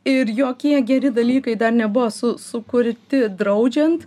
ir jokie geri dalykai dar nebuvo su sukurti draudžiant